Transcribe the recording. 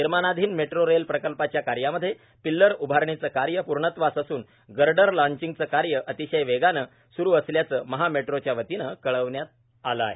निर्माणाधीन metro rail प्रकल्पाच्या कार्यामध्ये पिल्लर उआरणीचे कार्य पूर्णत्वास असून गर्डर लाँचिंगचे कार्य अतिशय वेगाने स्रु असल्याच महा मेट्रोच्या वतीन कळविण्यात आलं आहे